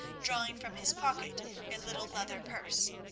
drawing from his pocket a little leather purse,